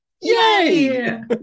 Yay